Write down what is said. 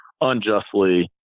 unjustly